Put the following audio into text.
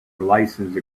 license